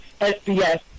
SBS